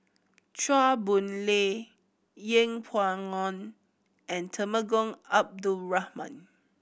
Chua Boon Lay Yeng Pway Ngon and Temenggong Abdul Rahman